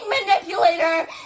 manipulator